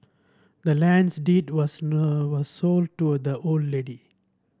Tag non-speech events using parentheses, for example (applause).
the land's deed was (unintelligible) was sold to the old lady